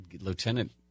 Lieutenant